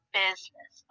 business